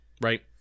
Right